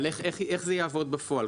אבל איך זה יעבוד בפועל?